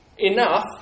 Enough